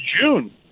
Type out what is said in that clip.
June